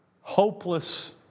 hopeless